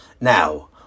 Now